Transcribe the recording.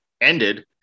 ended